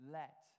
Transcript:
let